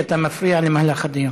מיקי, אתה מפריע למהלך הדיון.